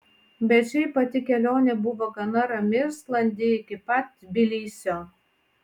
bet šiaip pati kelionė buvo gana rami ir sklandi iki pat tbilisio